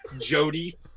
Jody